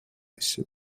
vehicle